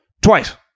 Twice